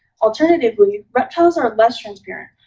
alternatively, reptiles are less transparent.